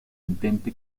intente